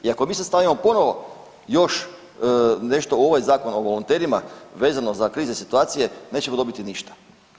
I ako mi sad stavimo ponovo još nešto u ovaj zakon o volonterima vezano za krizne situacije nećemo dobiti ništa.